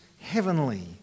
heavenly